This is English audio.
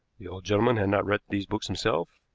the old gentleman had not read these books himself.